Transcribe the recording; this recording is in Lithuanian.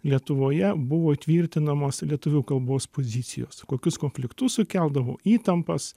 lietuvoje buvo tvirtinamos lietuvių kalbos pozicijos kokius konfliktus sukeldavo įtampas